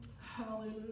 Hallelujah